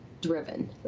driven